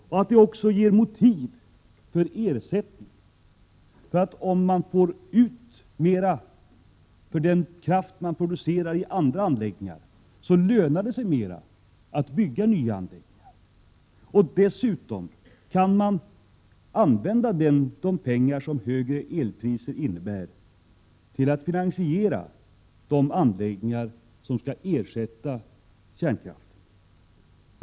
Högre priser ger också motiv för ersättning, för om man får ut ett bättre pris för den kraft man producerar i nya anläggningar, blir det mera lönsamt att bygga sådana anläggningar. Dessutom kan de pengar som högre elpriser ger användas till att finansiera anläggningar som skall ersätta kärnkraften.